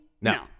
No